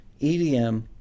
EDM